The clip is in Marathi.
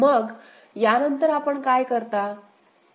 मग यानंतर आपण काय करता